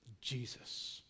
Jesus